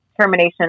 termination